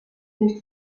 nicht